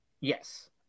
Yes